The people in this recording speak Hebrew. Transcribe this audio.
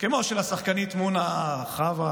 כמו של השחקנית מונא חוא,